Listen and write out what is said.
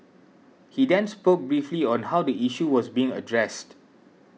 he then spoke briefly on how the issue was being addressed